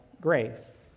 grace